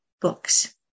books